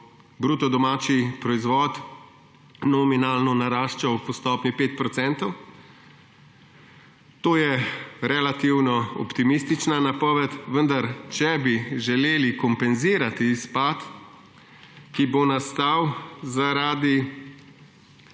bruto domači proizvod nominalno naraščal po stopnji 5 procentov. To je relativno optimistična napoved, vendar, če bi želeli kompenzirati izpad, ki bo nastal zaradi